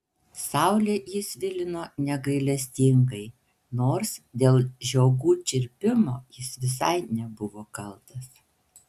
saulė jį svilino negailestingai nors dėl žiogų čirpimo jis visai nebuvo kaltas